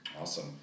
Awesome